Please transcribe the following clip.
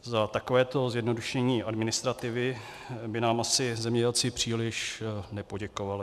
Za takovéto zjednodušení administrativy by nám asi zemědělci příliš nepoděkovali.